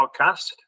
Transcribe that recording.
podcast